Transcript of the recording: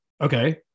okay